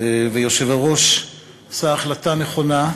והיושב-ראש החליטו החלטה נכונה,